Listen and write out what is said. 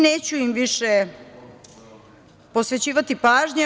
Neću im više posvećivati pažnju.